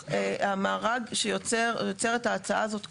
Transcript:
נוכח המארג שיוצרת ההצעה הזאת כולה.